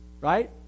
right